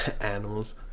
animals